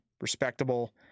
respectable